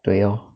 对 orh